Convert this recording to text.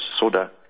soda